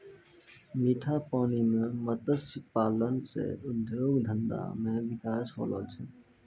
मीठा पानी मे मत्स्य पालन से उद्योग धंधा मे बिकास होलो छै